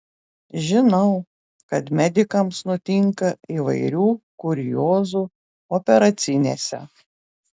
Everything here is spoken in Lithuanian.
žinau kad medikams nutinka įvairių kuriozų operacinėse